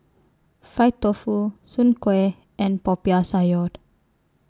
Fried Tofu Soon Kueh and Popiah Sayur